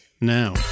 now